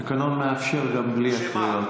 התקנון מאפשר גם בלי הקריאות.